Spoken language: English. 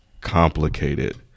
complicated